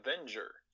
avenger